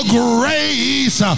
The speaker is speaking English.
grace